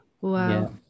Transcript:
Wow